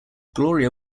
gloria